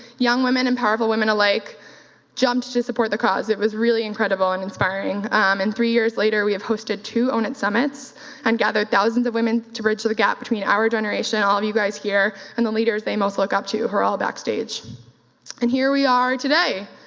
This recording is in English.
young women and powerful women alike jumped to support the cause. it was really incredible and inspiring um and three years later we have hosted two own it summits and gathered thousands of women to bridge the gap between our generation, all of you guys here and the leaders they most look up, who are all backstage and here we are today.